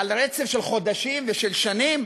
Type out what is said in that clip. על רצף של חודשים ושל שנים?